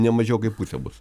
ne mažiau kaip pusė bus